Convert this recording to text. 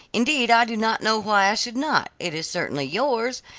indeed i do not know why i should not, it is certainly yours,